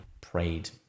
prayed